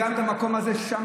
אבל הסכמתם